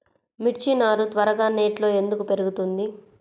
మిర్చి నారు త్వరగా నెట్లో ఎందుకు పెరుగుతుంది?